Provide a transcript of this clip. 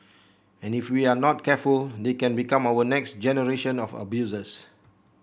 and if we are not careful they can become our next generation of abusers